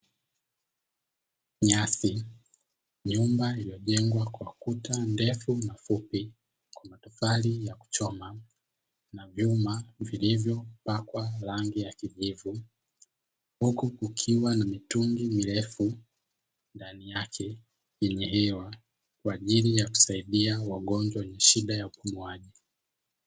Nyasi nyumba iliyojengwa kwa kuta ndefu na fupi kwa matofali ya kuchoma na vyuma vilivyopakwa ranagi ya kijivu. Huku kukiwa na mitungi ya gesi ndani yake inayosaidia wagonjwa wenye shida ya upumuaji.